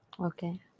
Okay